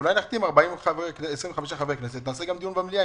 אולי נחתים 25 חברי כנסת ונעשה גם דיון במליאה.